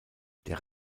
der